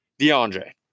DeAndre